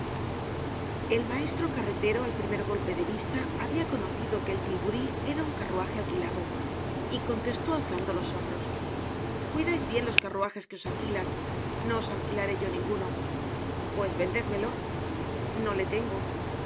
el maestro carretero al primer golpe de vista habia conocido que el tilburí era un carruaje alquilado y contestó alzando los hombros cuidais bien los carruajes que os alquilan no os alquilaré yo ninguno pues vendédmelo no le tengo